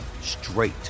straight